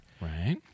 right